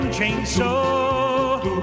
Chainsaw